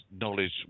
knowledge